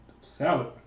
Salad